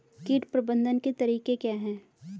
कीट प्रबंधन के तरीके क्या हैं?